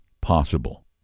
possible